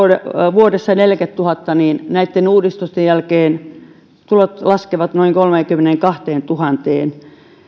vuodessa neljäkymmentätuhatta niin näitten uudistusten jälkeen tulot laskevat noin kolmeenkymmeneenkahteentuhanteen